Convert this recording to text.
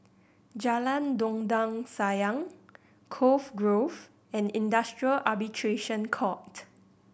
Jalan Dondang Sayang Cove Grove and Industrial Arbitration Court